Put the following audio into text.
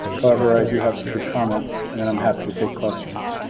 however, i do have a few comments and then i'm happy to take questions.